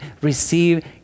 receive